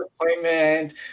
appointment